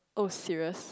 oh serious